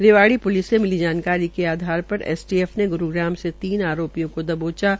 Rewari police से मिली जानकरी के अनुसार एसटीएफ ने ग्रूग्राम से तीन आरोपियों को दबोचा है